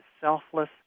selfless